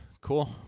cool